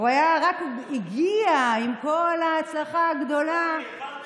אדוני שר הרווחה מאיר כהן, שר הרווחה